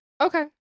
Okay